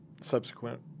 subsequent